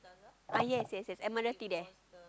ah yes yes yes Admiralty there